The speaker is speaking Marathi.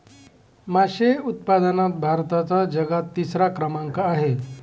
मासे उत्पादनात भारताचा जगात तिसरा क्रमांक आहे